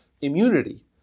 immunity